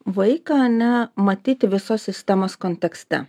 vaiką ane matyti visos sistemos kontekste